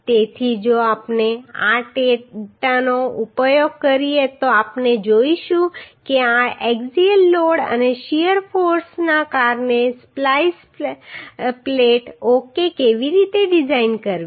તેથી જો આપણે આ ડેટાનો ઉપયોગ કરીએ તો આપણે જોઈશું કે આ એક્સિયલ લોડ અને શીયર ફોર્સને કારણે સ્પ્લાઈસ સ્પ્લાઈસ પ્લેટ ઓકે કેવી રીતે ડિઝાઇન કરવી